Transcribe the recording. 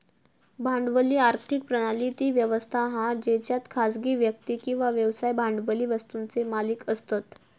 भांडवली आर्थिक प्रणाली ती व्यवस्था हा जेच्यात खासगी व्यक्ती किंवा व्यवसाय भांडवली वस्तुंचे मालिक असतत